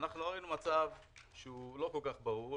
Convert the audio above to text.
ראינו מצב שהוא לא כל כך ברור,